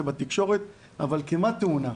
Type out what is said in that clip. זה בתקשורת אבל כל יום יש כמעט תאונה.